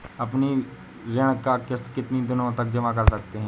अपनी ऋण का किश्त कितनी दिनों तक जमा कर सकते हैं?